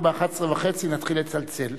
אנחנו ב-11:30 נתחיל לצלצל.